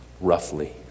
roughly